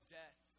death